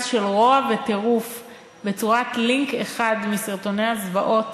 של רוע וטירוף בצורת לינק אחד מסרטוני הזוועות